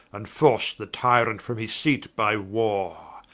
and force the tyrant from his seat by warre.